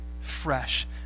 fresh